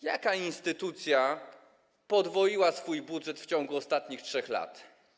Jaka instytucja podwoiła swój budżet w ciągu ostatnich 3 lat?